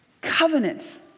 covenant